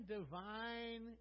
divine